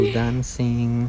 dancing